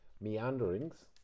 meanderings